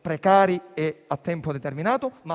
precari e a tempo determinato, ma